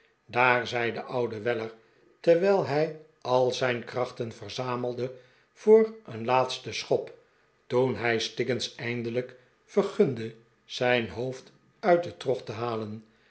daar zei de oude weller terwijl hij al zijn krachten verzamelde voor een laatsten schop toen hij stiggings eindelijk vergunde zijn hoofd uit den trog te halen